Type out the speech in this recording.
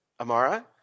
Amara